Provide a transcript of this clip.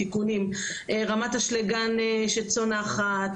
רמת אשלגן שצונחת,